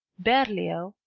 berlioz,